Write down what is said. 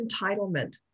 entitlement